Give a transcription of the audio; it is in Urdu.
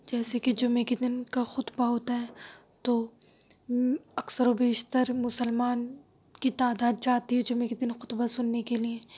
جیسے کہ جمعہ کے دِن کا خُطبہ ہوتا ہے تو اکثر و بیشر مسلمان کی تعداد جاتی ہے جمعہ کے دِن خُطبہ سُننے کے لیے